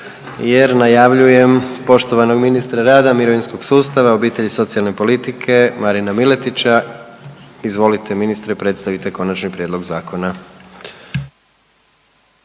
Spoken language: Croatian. jer najavljujem poštovanog ministra rada, mirovinskog sustava, obitelji i socijalne politike Marina Piletića. Izvolite ministre predstavite konačni prijedlog zakona.